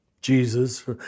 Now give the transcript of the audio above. Jesus